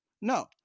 No